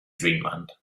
dreamland